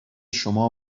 شما